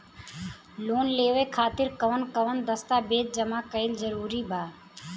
Loan लेवे खातिर कवन कवन दस्तावेज जमा कइल जरूरी बा?